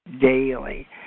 daily